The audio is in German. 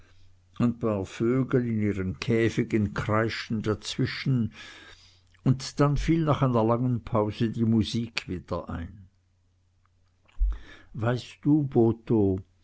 vögel in ihren käfigen kreischten dazwischen und dann fiel nach einer langen pause die musik wieder ein weißt du botho